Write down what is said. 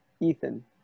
Ethan